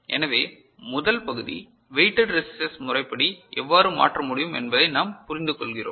எனவே முதல் பகுதி வெயிட்டெட் ரெசிஸ்டர்ஸ் முறைப்படி எவ்வாறு மாற்ற முடியும் என்பதை நாம் புரிந்துகொள்கிறோம்